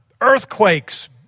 earthquakes